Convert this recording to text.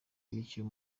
yerekeye